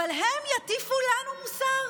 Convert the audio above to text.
אבל הם יטיפו לנו מוסר.